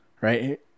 right